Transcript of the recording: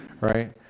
Right